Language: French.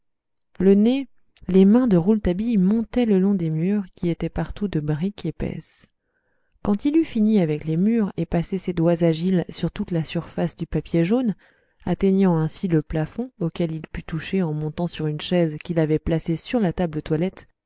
le nez les mains de rouletabille montaient le long des murs qui étaient partout de brique épaisse quand il eut fini avec les murs et passé ses doigts agiles sur toute la surface du papier jaune atteignant ainsi le plafond auquel il put toucher en montant sur une chaise qu'il avait placée sur la table toilette